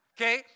Okay